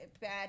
bad